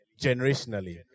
generationally